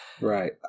Right